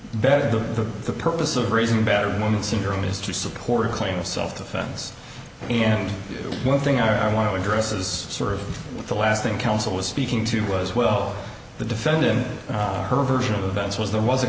better to the purpose of raising a battered woman syndrome is to support a claim of self defense and one thing i want to address as sort of the last thing counsel was speaking to was well the defendant her version of events was there was a